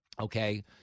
Okay